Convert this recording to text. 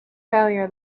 failure